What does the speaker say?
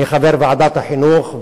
אני חבר ועדת החינוך,